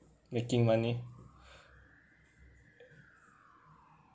making money